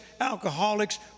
alcoholics